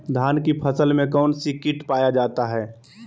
धान की फसल में कौन सी किट पाया जाता है?